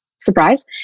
Surprise